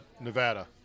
Nevada